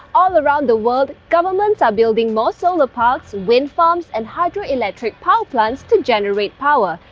all around the world, governments are building more solar parks, wind farms and hydroelectric power plants to generate power.